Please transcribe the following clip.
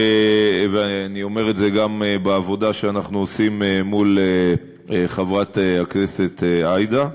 ואני אומר את זה גם בעבודה שאנחנו עושים מול חברת הכנסת עאידה,